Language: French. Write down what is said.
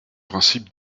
principes